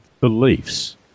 beliefs